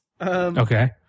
Okay